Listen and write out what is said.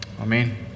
Amen